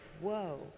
whoa